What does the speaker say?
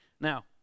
Now